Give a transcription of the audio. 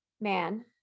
man